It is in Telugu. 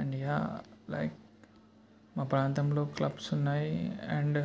అండ్ యా లైక్ మా ప్రాంతంలో క్లబ్స్ ఉన్నాయి అండ్